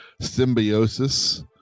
Symbiosis